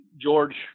George